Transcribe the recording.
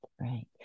Right